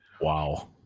Wow